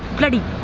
bloody.